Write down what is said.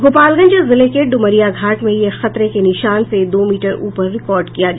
गोपालगंज जिले के ड्मरिया घाट में यह खतरे के निशान से दो मीटर ऊपर रिकॉर्ड किया गया